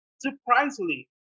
Surprisingly